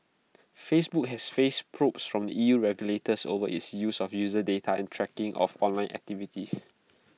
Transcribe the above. Facebook has faced probes from the E U regulators over its use of user data and tracking of online activities